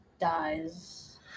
dies